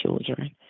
children